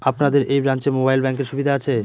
আপনাদের এই ব্রাঞ্চে মোবাইল ব্যাংকের সুবিধে আছে?